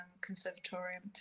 Conservatorium